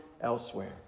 elsewhere